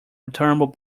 returnable